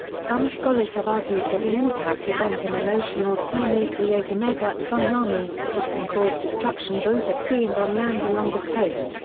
some scholars have argued that an impact event in an ocean or sea may create a megatsunami, which can cause destruction both at sea and on land along the coast,